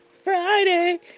Friday